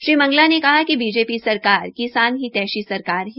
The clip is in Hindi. श्री मंगला ने कहा कि बीजेपी सरकार किसान हितैषी सरकार है